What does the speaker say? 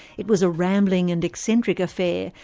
it was a rambling and eccentric affair,